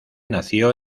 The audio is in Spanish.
nació